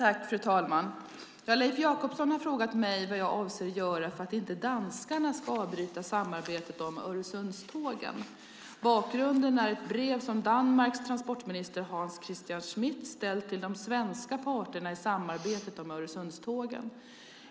Fru talman! Leif Jakobsson har frågat mig vad jag avser att göra för att inte danskarna ska avbryta samarbetet om Öresundstågen. Bakgrunden är ett brev som Danmarks transportminister Hans Christian Schmidt ställt till de svenska parterna i samarbetet om Öresundstågen.